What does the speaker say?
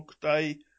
Day